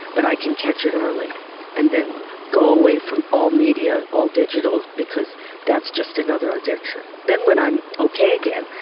but i can catch it early and then go away from all media, all digital because that's just another addiction. then when i'm okay again,